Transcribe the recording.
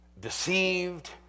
deceived